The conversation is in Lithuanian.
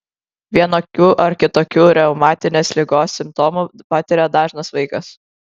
vienokių ar kitokių reumatinės ligos simptomų patiria dažnas vaikas